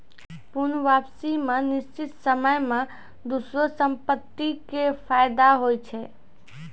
पूर्ण वापसी मे निश्चित समय मे दोसरो संपत्ति के फायदा होय छै